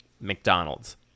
McDonald's